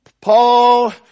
Paul